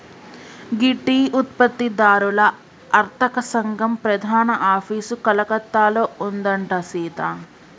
గీ tea ఉత్పత్తి దారుల అర్తక సంగం ప్రధాన ఆఫీసు కలకత్తాలో ఉందంట సీత